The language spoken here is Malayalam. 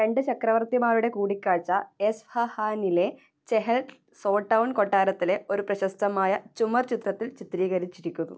രണ്ട് ചക്രവർത്തിമാരുടെ കൂടിക്കാഴ്ച എസ് ഹഹാനിലെ ചെഹൽ സോ ടൗൺ കൊട്ടാരത്തിലെ ഒരു പ്രശസ്തമായ ചുമർ ചിത്രത്തിൽ ചിത്രീകരിച്ചിരിക്കുന്നു